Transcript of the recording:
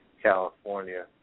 California